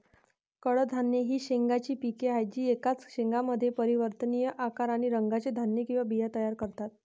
कडधान्ये ही शेंगांची पिके आहेत जी एकाच शेंगामध्ये परिवर्तनीय आकार आणि रंगाचे धान्य किंवा बिया तयार करतात